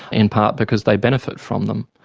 in part because they benefit from them.